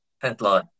Headline